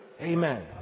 Amen